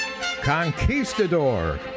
Conquistador